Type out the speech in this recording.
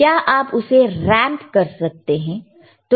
क्या आप उसे रैंप कर सकते हैं